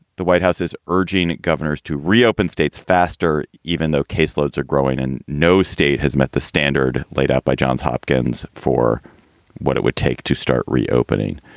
the white house is urging governors to reopen states faster, even though case loads are growing and no state has met the standard laid out by johns hopkins for what it would take to start reopening.